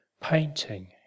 painting